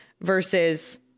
versus